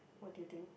what do you think